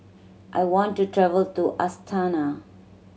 I want to travel to Astana